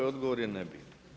Odgovor je ne bi.